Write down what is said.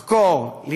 לחקור,